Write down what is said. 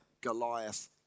Goliath